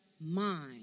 mind